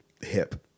hip